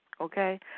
okay